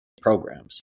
programs